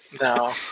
No